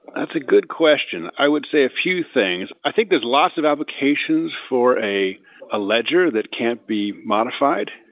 that's a good question. i would say a few things. i think there're lots of applications for a a ledger that can't be modified.